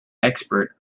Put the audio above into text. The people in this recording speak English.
expert